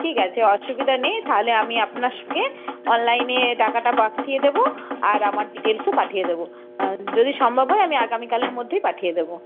ঠিক আছে অসুবিধা নেই তাহলে আমি আপনাকে অনলাইনে টাকাটা পাঠিয়ে দেবো আর আমার ডিটেলসও পাঠিয়ে দেবো যদি সম্ভব হয় আমি আগামীকালের মধ্যেই পাঠিয়ে দেবো